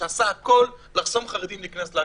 שעשה הכול לחסום חרדים מלהיכנס לאקדמיה.